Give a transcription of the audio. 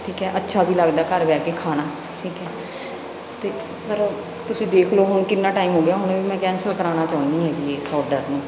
ਠੀਕ ਹੈ ਅੱਛਾ ਵੀ ਲੱਗਦਾ ਘਰ ਬਹਿ ਕੇ ਖਾਣਾ ਠੀਕ ਹੈ ਅਤੇ ਪਰ ਤੁਸੀਂ ਦੇਖ ਲਓ ਹੁਣ ਕਿੰਨਾ ਟਾਈਮ ਹੋ ਗਿਆ ਹੁਣ ਵੀ ਮੈਂ ਕੈਂਸਲ ਕਰਵਾਉਣਾ ਚਾਹੁੰਦੀ ਹੈਗੀ ਇਸ ਔਡਰ ਨੂੰ